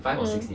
mm